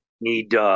need